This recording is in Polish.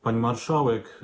Pani Marszałek!